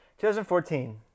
2014